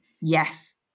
Yes